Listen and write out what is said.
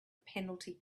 penalty